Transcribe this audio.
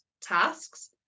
tasks